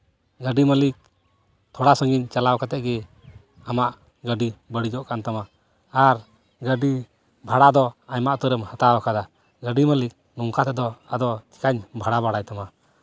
ᱜᱟᱹᱰᱤ ᱢᱟᱹᱞᱤᱠ ᱛᱷᱚᱲᱟ ᱥᱟᱺᱜᱤᱧ ᱪᱟᱞᱟᱣ ᱠᱟᱛᱮ ᱜᱮ ᱟᱢᱟᱜ ᱜᱟᱹᱰᱤ ᱵᱟᱹᱲᱤᱡᱚᱜ ᱠᱟᱱ ᱛᱟᱢᱟ ᱟᱨ ᱜᱟᱹᱰᱤ ᱵᱷᱟᱲᱟ ᱫᱚ ᱟᱭᱢᱟ ᱩᱛᱟᱹᱨᱮᱢ ᱦᱟᱛᱟᱣ ᱠᱟᱫᱟ ᱜᱟᱹᱰᱤ ᱢᱟᱹᱞᱤᱠ ᱱᱚᱝᱠᱟ ᱛᱮᱫᱚ ᱪᱤᱠᱟᱧ ᱵᱷᱟᱲᱟ ᱵᱟᱲᱟᱭ ᱛᱟᱢᱟ